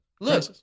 look